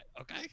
okay